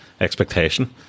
expectation